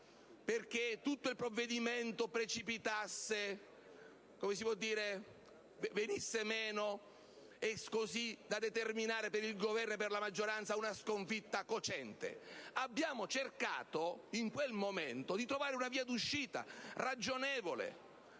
perché tutto il provvedimento precipitasse e venisse meno, così da determinare per il Governo e la maggioranza una sconfitta cocente. Abbiamo cercato, in quel momento, di trovare una via d'uscita ragionevole